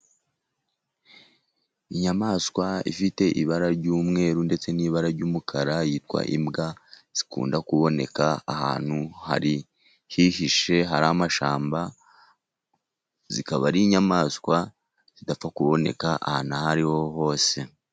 Inyamaswa ifite ibara ry'umweru ndetse n'ibara ry'umukara yitwa imbwa, zikunda kuboneka ahantu hihishe hari amashyamba zikaba ari inyamaswa zidapfa kuboneka ahantu ahaho hose.